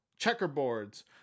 Checkerboards